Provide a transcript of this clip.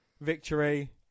victory